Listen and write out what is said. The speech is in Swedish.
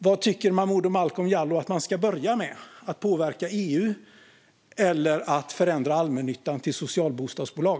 Vad tycker Momodou Malcolm Jallow att man ska börja med, att påverka EU eller att förändra allmännyttan till socialbostadsbolag?